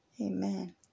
Amen